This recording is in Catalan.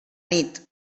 nit